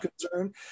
concern